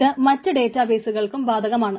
ഇത് മറ്റ് ഡേറ്റാബേസുകൾക്കും ബാധകമാണ്